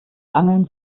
angeln